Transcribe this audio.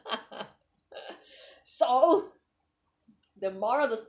so the moral of the story